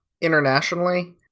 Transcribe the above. internationally